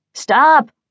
Stop